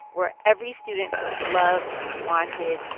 where every student feels loved and wanted,